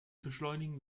beschleunigen